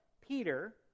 Peter